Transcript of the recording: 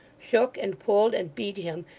shook, and pulled, and beat him,